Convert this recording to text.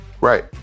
Right